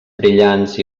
brillants